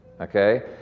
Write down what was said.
Okay